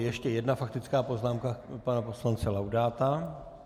Ještě jedna faktická poznámka pana poslance Laudáta.